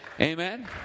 Amen